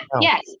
Yes